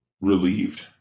Relieved